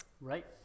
Right